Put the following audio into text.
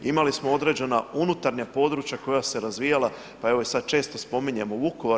Imali smo određena unutarnja područja koja su se razvijala, pa evo sada često spominjemo Vukovar.